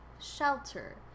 shelter